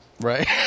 Right